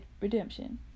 redemption